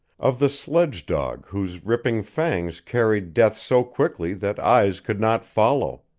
of the sledge-dog whose ripping fangs carried death so quickly that eyes could not follow.